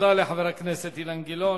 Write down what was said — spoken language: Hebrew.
תודה לחבר הכנסת אילן גילאון.